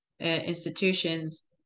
Institutions